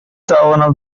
توانم